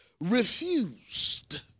refused